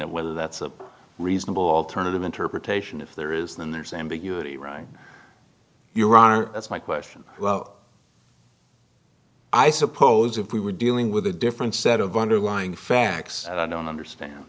at whether that's a reasonable alternative interpretation if there is then there's ambiguity right your honor that's my question i suppose if we were dealing with a different set of underlying facts and i don't understand